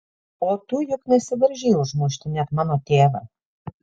o tu juk nesivaržei užmušti net mano tėvą